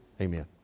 Amen